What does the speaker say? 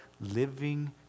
living